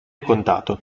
contato